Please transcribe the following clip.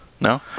No